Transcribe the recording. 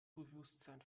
bewusstsein